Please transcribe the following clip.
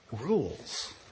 rules